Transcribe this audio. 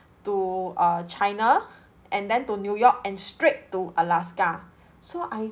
to uh china and then to new york and straight to alaska so I